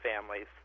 families